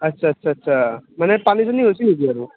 আচ্ছা আচ্ছা আচ্ছা মানে পানী দুনী হৈছে নেকি আৰু